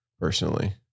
personally